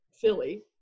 philly